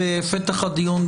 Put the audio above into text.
בפתח הדיון,